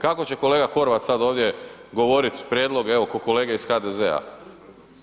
Kako će kolega Horvat sad ovdje govorit prijedlog, evo ko kolege iz HDZ-a?